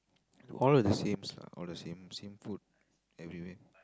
all the same lah all the same same food everywhere